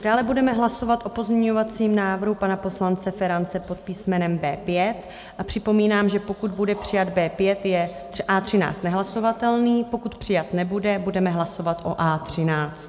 Dále budeme hlasovat o pozměňovacím návrhu pana poslance Ferance pod písmenem B5 a připomínám, že pokud bude přijat B5, je A13 nehlasovatelný, pokud přijat nebude, budeme hlasovat o A13.